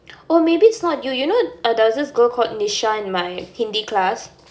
oh maybe it's not you you know there was this girl called nisha in my hindi class